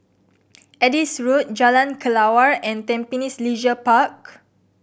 Adis Road Jalan Kelawar and Tampines Leisure Park